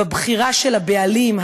בבחירה של הבעלים,